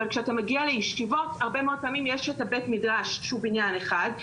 אבל כשאתה מגיע לישיבות הרבה פעמים יש בית מדרש שהוא בניין אחד,